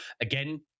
again